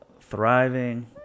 thriving